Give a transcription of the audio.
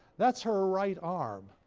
that's her right arm.